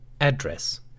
Address